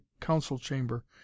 council-chamber